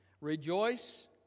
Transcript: Rejoice